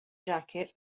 jacket